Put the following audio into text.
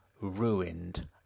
ruined